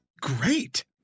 great